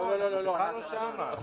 לא, ענת.